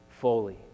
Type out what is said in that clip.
fully